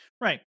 right